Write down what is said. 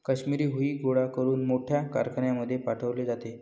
काश्मिरी हुई गोळा करून मोठ्या कारखान्यांमध्ये पाठवले जाते